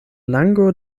lango